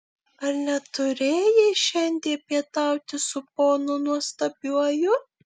ar neturėjai šiandien pietauti su ponu nuostabiuoju